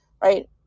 right